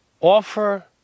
Offer